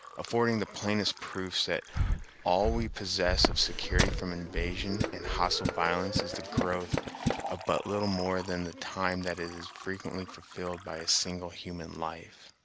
affording the plainest proofs that all we possess of security from invasion and hostile violence is the growth of but little more than the time that is frequently fulfilled by a single human life.